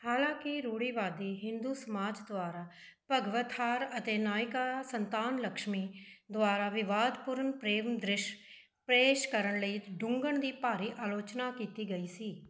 ਹਾਲਾਂਕਿ ਰੂੜੀਵਾਦੀ ਹਿੰਦੂ ਸਮਾਜ ਦੁਆਰਾ ਭਗਵਥਾਰ ਅਤੇ ਨਾਇਕਾ ਸੰਤਾਨਲਕਸ਼ਮੀ ਦੁਆਰਾ ਵਿਵਾਦਪੂਰਨ ਪ੍ਰੇਮ ਦ੍ਰਿਸ਼ ਪੇਸ਼ ਕਰਨ ਲਈ ਡੁੰਗਣ ਦੀ ਭਾਰੀ ਆਲੋਚਨਾ ਕੀਤੀ ਗਈ ਸੀ